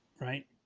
Right